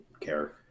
care